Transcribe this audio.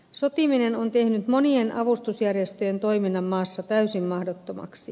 sotiminen on tehnyt monien avustusjärjestöjen toiminnan maassa täysin mahdottomaksi